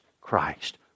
Christ